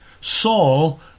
Saul